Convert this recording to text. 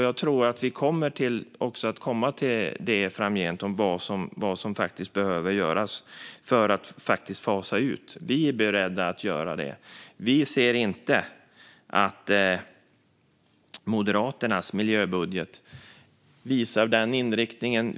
Jag tror att vi framgent kommer att komma till vad som faktiskt behöver göras för att fasa ut detta. Vi är beredda att göra det. Vi ser inte att Moderaternas miljöbudget visar den inriktningen.